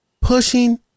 pushing